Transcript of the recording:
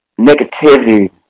negativity